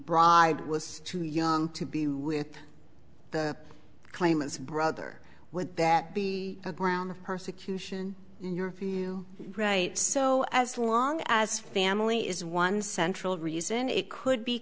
bride was too young to be with the claimants brother would that be a ground persecution you're right so as long as family is one central reason it